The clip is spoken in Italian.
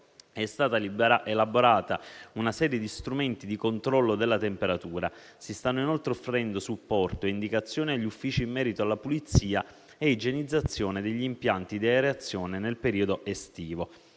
è stata elaborata una serie di strumenti di controllo della temperatura. Si stanno inoltre offrendo supporto e indicazione agli uffici in merito alla pulizia e alla igienizzazione degli impianti di areazione nel periodo estivo.